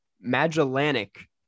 Magellanic